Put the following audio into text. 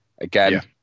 Again